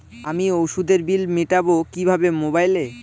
আমি ওষুধের বিল মেটাব কিভাবে মোবাইলে?